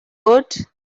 would